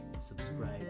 subscribe